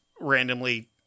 randomly